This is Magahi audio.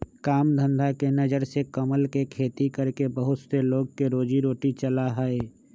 काम धंधा के नजर से कमल के खेती करके बहुत से लोग के रोजी रोटी चला हई